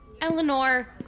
Eleanor